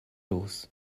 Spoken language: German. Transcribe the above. los